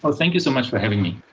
ah thank you so much for having me.